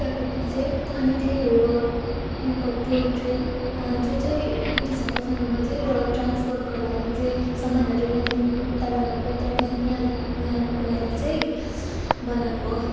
चियापत्ती चाहिँ अनि त्यही भयो यहाँको टोय ट्रेन जो चाहिँ यो ब्रिटिसहरूको समयमा चाहिँ यो ट्रान्सपोर्टको लागि चाहिँ सामानहरू यहाँदेखि उता लानुको त्यहाँदेखि यहाँ लानुको लागि चाहिँ बनाएको हो